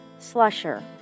Slusher